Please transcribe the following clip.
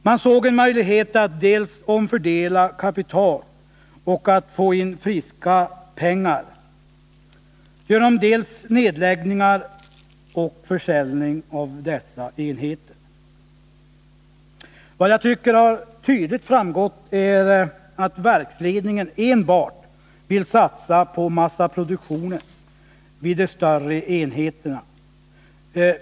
Man såg en möjlighet att omfördela kapital och att få in friska pengar genom nedläggningar och försäljning av dessa enheter. Vad jag tycker tydligt har framgått är att verksledningen vill satsa på massaproduktion enbart vid de större enheterna.